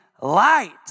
light